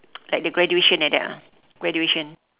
like the graduation like that ah graduation